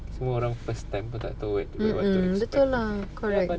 semua orang first time pun tak tahu ya but